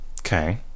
okay